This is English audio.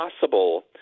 possible